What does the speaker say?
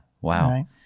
wow